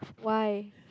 why